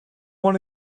one